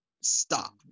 Stop